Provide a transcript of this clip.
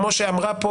כמו שאמרה פה